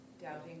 Doubting